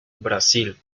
brasil